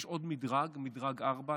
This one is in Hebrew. יש עוד מדרג, מדרג ארבע.